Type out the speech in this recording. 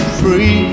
free